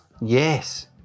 Yes